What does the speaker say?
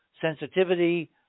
sensitivity